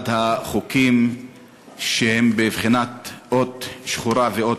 אחד החוקים שהם בבחינת אות שחורה ואות